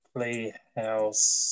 Playhouse